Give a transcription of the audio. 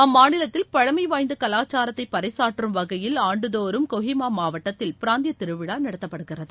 அம்மாநிலத்தில் பழமை வாய்ந்த கலாச்சாரத்தை பறைச்சாற்றும் வகையில் ஆண்டுதோறும் கொஹிமா மாவட்டத்தில் பிராந்திய திருவிழா நடத்தப்படுகிறது